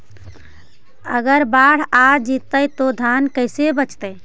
अगर बाढ़ आ जितै तो धान के कैसे बचइबै?